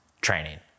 training